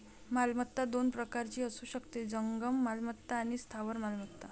मालमत्ता दोन प्रकारची असू शकते, जंगम मालमत्ता आणि स्थावर मालमत्ता